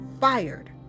fired